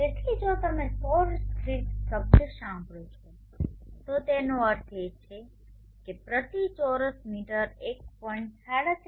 તેથી જો તમે સૌર સ્થિર શબ્દ સાંભળો છો તો તેનો અર્થ એ છે કે તે પ્રતિ ચોરસ મીટર 1